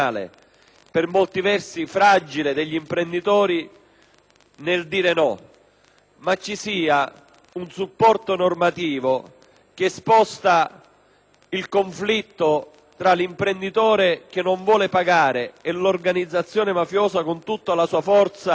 nel dire no, ma ci sia un supporto normativo. Il conflitto tra l'imprenditore che non vuole pagare e l'organizzazione mafiosa con tutta la sua forza e con tutta la sua capacità intimidatrice